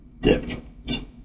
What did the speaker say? different